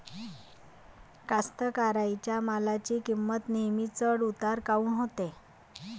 कास्तकाराइच्या मालाची किंमत नेहमी चढ उतार काऊन होते?